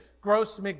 gross